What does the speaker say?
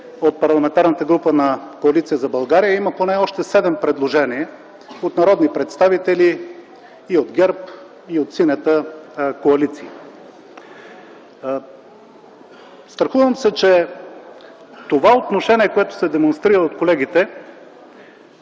от Парламентарната група на Коалиция за България, има поне още 7 предложения от народни представители и от ГЕРБ, и от Синята коалиция. Страхувам се, че това отношение, което се демонстрира от колегите